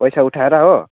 पैसा उठाएर हो